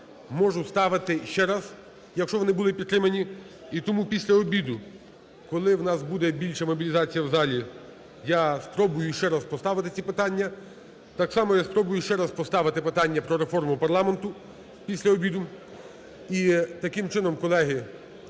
можу ставити ще раз, якщо вони будуть підтримані. І тому після обіду, коли у нас буде більша мобілізація в залі, я спробую ще раз поставити ці питання. Так само я спробую ще раз поставити питання про реформу парламенту, після обіду. І таким чином, колеги,